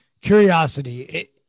Curiosity